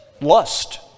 Lust